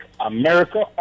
America